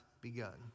begun